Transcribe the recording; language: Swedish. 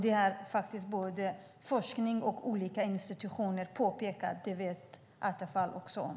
Det har både forskning och olika institutioner påpekat, och det vet Attefall om.